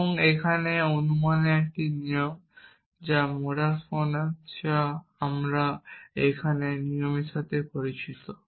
এবং এখানে অনুমানের একটি নিয়ম যা মোডাস পোনেন্স যা আমরা এখানে এই নিয়মের সাথে পরিচিত